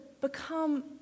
become